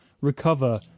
recover